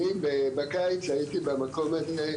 אני בקיץ שהייתי במקום הזה,